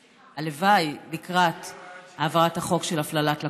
הלוואי, לקראת העברת החוק להפללת לקוחות.